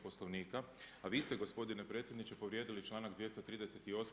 Poslovnika, a vi ste gospodine predsjedniče povrijedili članak 239.